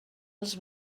els